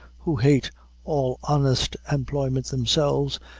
who hate all honest employment themselves,